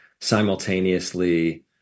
simultaneously